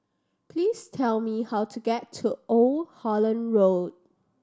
please tell me how to get to Old Holland Road